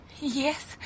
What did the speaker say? Yes